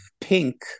Pink